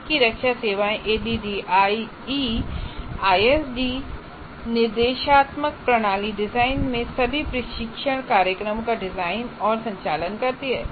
अमेरिकी रक्षा सेवाएं ADDIE ISD निर्देशात्मक प्रणाली डिजाइन में सभी प्रशिक्षण कार्यक्रमों का डिजाइन और संचालन करती हैं